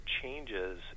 changes